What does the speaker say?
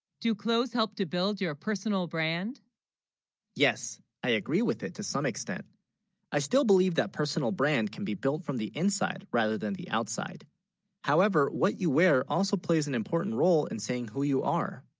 do clothes help to build, your personal brand yes i agree with it to some extent i still believe that personal brand can. be built from the inside rather than the outside however what you, wear also plays an important role in saying, who you are